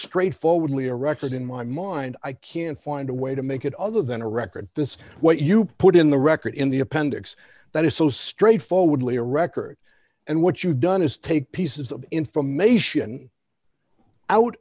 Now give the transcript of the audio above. straightforwardly erected in my mind i can't find a way to make it other than a record this is what you put in the record in the appendix that is so straightforwardly a record and what you've done is take pieces of information out